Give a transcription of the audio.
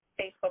facebook